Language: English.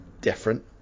different